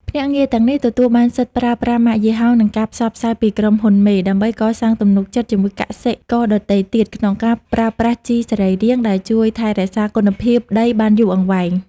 ភ្នាក់ងារទាំងនេះទទួលបានសិទ្ធិប្រើប្រាស់ម៉ាកយីហោ និងការផ្សព្វផ្សាយពីក្រុមហ៊ុនមេ ដើម្បីកសាងទំនុកចិត្តជាមួយកសិករដទៃទៀតក្នុងការប្រើប្រាស់ជីសរីរាង្គដែលជួយថែរក្សាគុណភាពដីបានយូរអង្វែង។